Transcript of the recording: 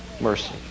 mercy